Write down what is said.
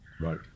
Right